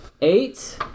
Eight